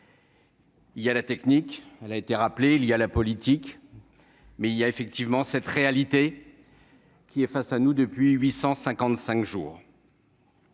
Il y a la technique- elle a été rappelée -, il y a la politique, et il y a une réalité qui est face à nous depuis 855 jours.